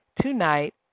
tonight